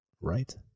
Right